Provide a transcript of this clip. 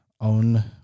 own